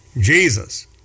Jesus